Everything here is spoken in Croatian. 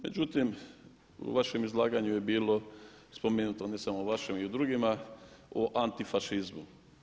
Međutim, u vašem izlaganju je bilo spomenuto, ne samo u vašem i u drugima, o antifašizmu.